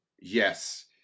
yes